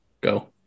go